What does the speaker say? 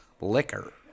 liquor